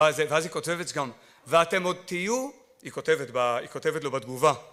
ואז ואז היא כותבת ואתם עוד תהיו היא כותבת ב היא כותבת לו בתגובה